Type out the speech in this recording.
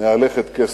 מהלכת קסם.